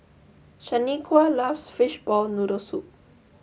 Shaniqua loves Fishball Noodle Soup